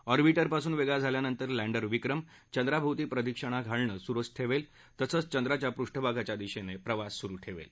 अॅर्बिंटरपासून वेगळा झाल्यानंतर लँडर विक्रिम चंद्राभोवती प्रदक्षिणा घालणं सुरुच ठेवत चंद्राच्या पृष्ठभागाच्या दिशेने प्रवास सुरु ठेवेल